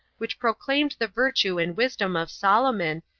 which proclaimed the virtue and wisdom of solomon,